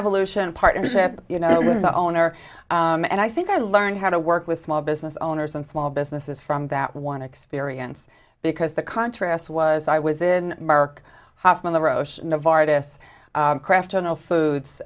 evolution partnership you know the owner and i think i learned how to work with small business owners and small businesses from that one experience because the contrast was i was in mark